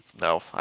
No